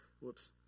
whoops